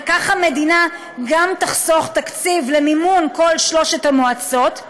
וכך המדינה גם תחסוך תקציב למימון כל שלוש המועצות,